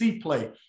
play